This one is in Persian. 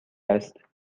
است